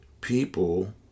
people